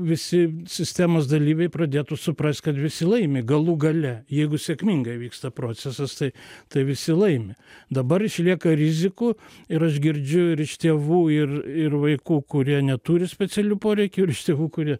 visi sistemos dalyviai pradėtų suprast kad visi laimi galų gale jeigu sėkmingai vyksta procesas tai tai visi laimi dabar išlieka rizikų ir aš girdžiu ir iš tėvų ir ir vaikų kurie neturi specialių poreikių ir iš tėvų kurie